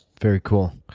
very cool.